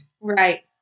Right